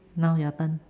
now your turn